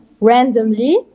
randomly